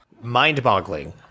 mind-boggling